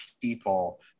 people